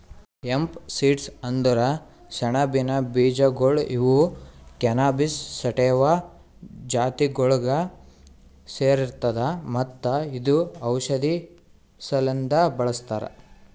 hemp seeds ಅಂದುರ್ ಸೆಣಬಿನ ಬೀಜಗೊಳ್ ಇವು ಕ್ಯಾನಬಿಸ್ ಸಟಿವಾ ಜಾತಿಗೊಳಿಗ್ ಸೇರ್ತದ ಮತ್ತ ಇದು ಔಷಧಿ ಸಲೆಂದ್ ಬಳ್ಸತಾರ್